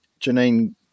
Janine